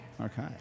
okay